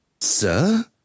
sir